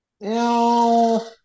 No